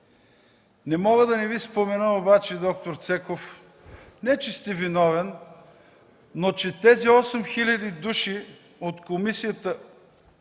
Не мога да не Ви спомена обаче, доктор Цеков, не че сте виновен, но че тези осем хиляди души – от Комисията